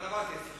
אבל עבדתי אצלך.